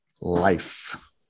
life